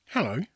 Hello